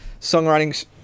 songwriting